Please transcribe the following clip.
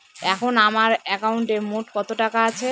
এখন আমার একাউন্টে মোট কত টাকা আছে?